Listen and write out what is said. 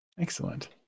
Excellent